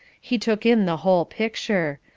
he took in the whole picture.